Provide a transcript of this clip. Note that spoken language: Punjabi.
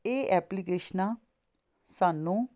ਇਹ ਐਪਲੀਕੇਸ਼ਨਾਂ ਸਾਨੂੰ